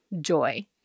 joy